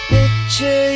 Picture